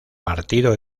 partido